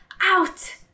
out